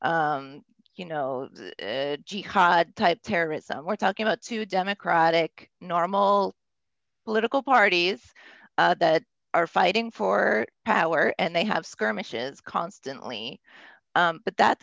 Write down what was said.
you know jihad type terrorism we're talking about two democratic normal political parties that are fighting for power and they have skirmishes constantly but that